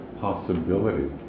possibility